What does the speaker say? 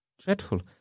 dreadful